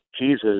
Jesus